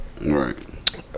right